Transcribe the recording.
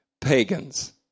pagans